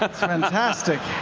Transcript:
and and fantastic.